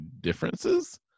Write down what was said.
differences